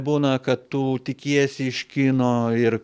būna kad tu tikiesi iš kino ir